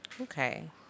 okay